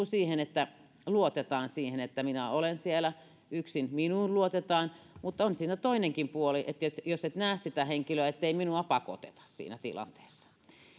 siihen että luotetaan siihen että minä olen siellä yksin minuun luotetaan mutta on siinä toinenkin puoli jos et näe sitä henkilöä ettei minua pakoteta siinä tilanteessa